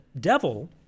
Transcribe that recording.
devil